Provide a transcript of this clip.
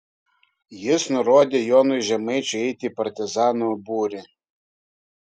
jis nurodė jonui žemaičiui eiti į partizanų būrį